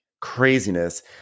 craziness